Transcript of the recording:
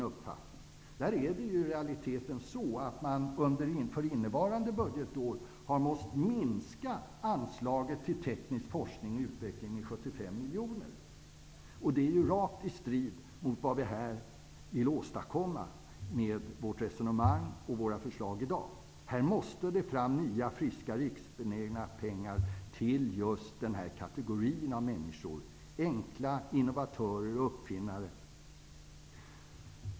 Där har man innevarande budgetår fått minskat anslag till teknisk forskning och utveckling med 75 miljoner. Det står i strid med vad vi här vill åstadkomma med vårt resonemang och förslag i dag. Här måste nya, friska, riskbenägna pengar tas fram till denna kategori människor, enkla innovatörer och uppfinnare.